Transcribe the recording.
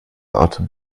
atem